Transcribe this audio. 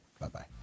Bye-bye